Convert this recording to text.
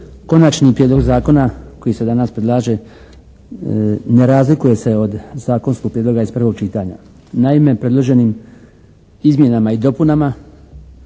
Konačni prijedlog zakona koji se danas predlaže ne razlikuje se od zakonskog prijedloga iz prvog čitanja. Naime predloženim izmjenama i dopunama